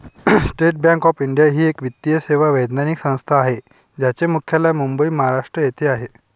state bank of India ही एक वित्तीय सेवा वैधानिक संस्था आहे ज्याचे मुख्यालय मुंबई, महाराष्ट्र येथे आहे